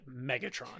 megatron